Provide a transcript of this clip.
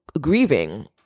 grieving